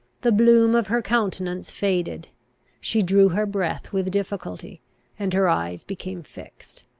the bloom of her countenance faded she drew her breath with difficulty and her eyes became fixed.